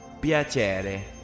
Piacere